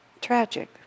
tragic